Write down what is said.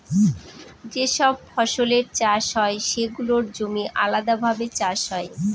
যে সব ফসলের চাষ হয় সেগুলোর জমি আলাদাভাবে চাষ হয়